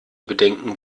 bedenken